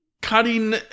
cutting